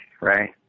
right